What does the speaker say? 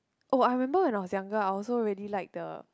oh I remember when I was younger I also really liked the